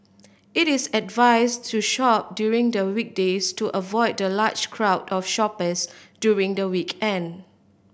it is advised to shop during the weekdays to avoid the large crowd of shoppers during the weekend